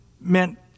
meant